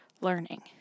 learning